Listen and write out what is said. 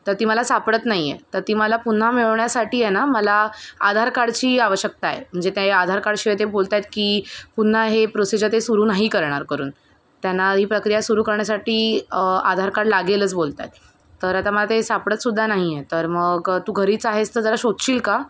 तर तर ती मला सापडत नाही आहे तर ती मला पुन्हा मिळवण्यासाठी आहे ना मला आधार कार्डची आवश्यकता आहे म्हणजे त्या आधार कार्डशिवाय ते बोलत आहेत की पुन्हा हे प्रोसेजर ते सुरू नाही करणार करून त्यांना ही प्रक्रिया सुरू करण्यासाठी आधार कार्ड लागेलच बोलत आहेत तर आता मला ते सापडत सुद्धा नाही आहे तर मग तू घरीच आहेस तर जरा शोधशील का